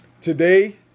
today